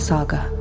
Saga